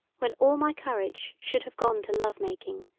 when all my courage should have gone to love-making,